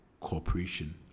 cooperation